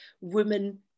women